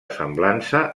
semblança